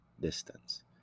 distance